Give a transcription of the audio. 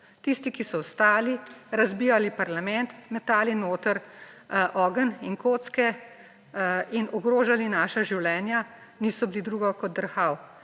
tisti, ki so ostali, razbijali parlament, metali noter ogenj in kocke in ogrožali naša življenja, niso bili drugo kot drhal.